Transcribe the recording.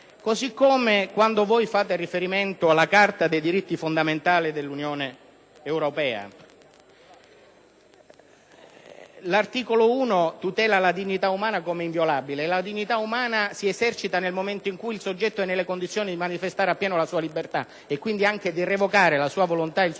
salute. Quando voi fate riferimento alla Carta dei diritti fondamentali dell'Unione europea, l'articolo 1 tutela la dignità umana come inviolabile e la dignità umana si esercita nel momento in cui il soggetto è nelle condizioni di manifestare a pieno la sua libertà e quindi anche di revocare la sua volontà e il suo